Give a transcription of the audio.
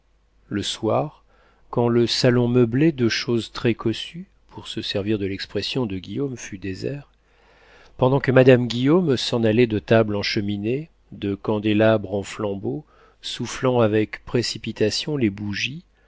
le soir quand le salon meublé de choses très cossues pour se servir de l'expression de guillaume fut désert pendant que madame guillaume s'en allait de table en cheminée de candélabre en flambeau soufflant avec précipitation les bougies